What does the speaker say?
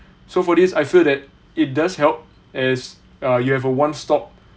so for this I feel that it does help as uh you have a one stop